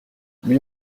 lui